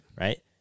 right